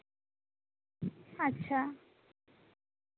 ᱟᱪᱪᱷᱟ